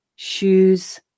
shoes